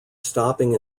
stopping